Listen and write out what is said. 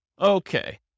Okay